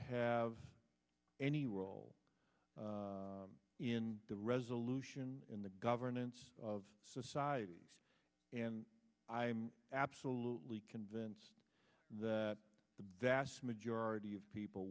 have any role in the resolution in the governance of societies and i'm absolutely convinced that the vast majority of people